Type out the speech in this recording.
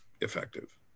effective